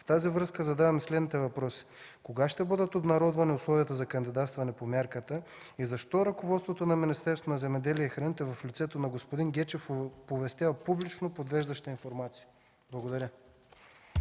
В тази връзка задавам следните въпроси: кога ще бъдат обнародвани условията за кандидатстване по мярката и защо ръководството на Министерството на земеделието и храните, в лицето на господин Гечев, оповестява публично подвеждаща информация?